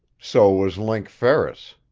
so was link ferris.